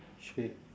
chi~